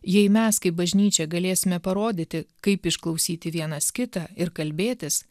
jei mes kaip bažnyčia galėsime parodyti kaip išklausyti vienas kitą ir kalbėtis